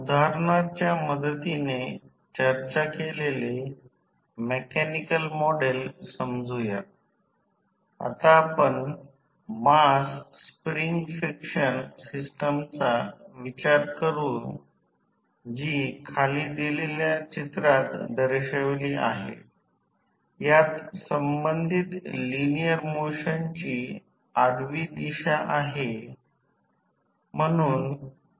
उदाहरणार्थ येथे काही उपयोग असे लिहिले आहे की प्रेरण मोटर स्टार्टर्स व्हेरिएबल व्होल्टेज उर्जा पुरवठा जो व्हेरिएएसी आहे मी फक्त कमी व्होल्टेज आणि कमी प्रवाह आणि त्यांच्या पातळीचा उल्लेख केला तर मुळात जर याचा विचार केला तर प्रथम आपल्याला थोडे समजले पाहिजे कोणताही गोंधळ होऊ नये